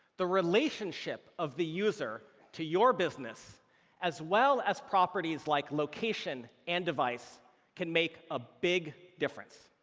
the relationship of the user to your business as well as properties like location and device can make a big difference.